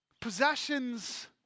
possessions